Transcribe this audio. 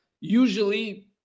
Usually